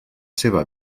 seva